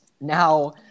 now